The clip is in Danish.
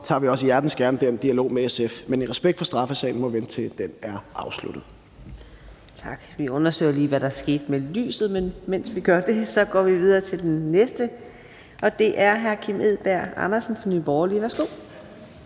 derfor tager vi også hjertens gerne den dialog med SF. Men i respekt for straffesagen må vi vente, til den er afsluttet.